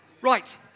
right